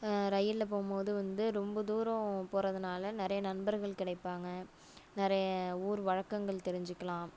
ரயிலில் போகும்போது வந்து ரொம்ப தூரம் போகிறதுனால நிறைய நண்பர்கள் கிடைப்பாங்க நிறைய ஊர் வழக்கங்கள் தெரிஞ்சிக்கலாம்